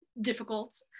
difficult